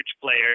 player